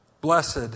Blessed